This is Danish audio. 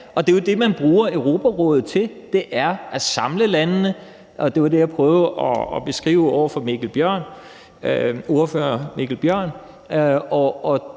det, man bruger Europarådet til: Det er at samle landene. Det var det, jeg prøvede at beskrive over for ordføreren Mikkel Bjørn.